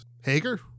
Hager